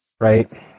Right